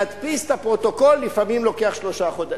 להדפיס את הפרוטוקול לפעמים לוקח שלושה חודשים.